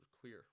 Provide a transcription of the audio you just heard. clear